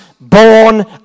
born